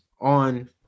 on